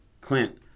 Clint